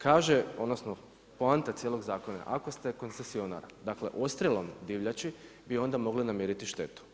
Kaže, odnosno poanta cijelog zakona je ako ste koncesionar, dakle odstrelom divljači bi onda mogli namiriti štetu.